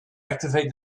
activate